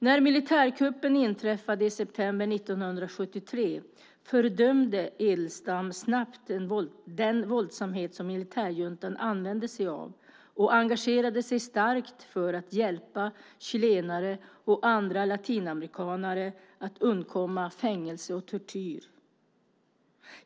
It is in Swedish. När militärkuppen inträffade i september 1973 fördömde Edelstam snabbt det våld som militärjuntan använde sig av och engagerade sig starkt för att hjälpa chilenare och andra latinamerikaner att undkomma fängelse och tortyr.